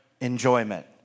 enjoyment